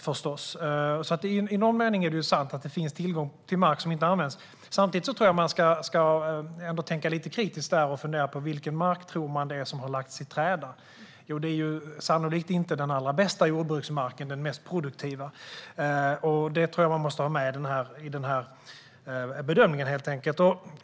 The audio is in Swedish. Så i någon mening är det sant att det finns tillgång till mark som inte används. Samtidigt tror jag att man ändå ska tänka lite kritiskt och fundera på vilken mark man tror har lagts i träda. Det är sannolikt inte den allra bästa och mest produktiva jordbruksmarken. Detta tror jag att man måste ta med i bedömningen.